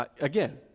again